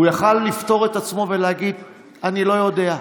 הוא יכול היה לפטור את עצמו ולהגיד: אני לא יודע,